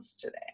today